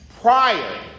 prior